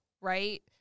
right